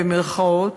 במירכאות,